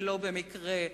ולא במקרה,